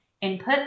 input